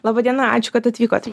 laba diena ačiū kad atvykot